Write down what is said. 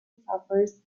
staffers